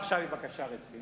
ועכשיו היא בקשה רצינית,